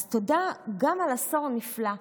אז תודה גם על עשור נפלא.